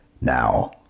Now